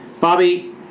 Bobby